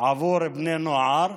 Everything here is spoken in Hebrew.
עבור בני נוער,